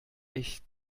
echt